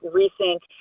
recent